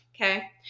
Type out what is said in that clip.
Okay